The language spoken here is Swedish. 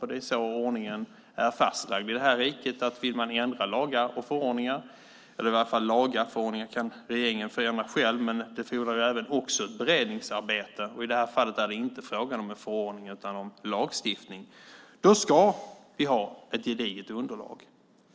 Det är så ordningen är fastlagd i det här riket. Vill vi ändra lagar och förordningar, i varje fall lagar - förordningar kan regeringen förändra själv, men det fordrar också ett beredningsarbete, och i det här fallet är det inte fråga om en förordning utan om lagstiftning - ska vi ha ett gediget underlag.